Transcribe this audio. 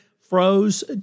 froze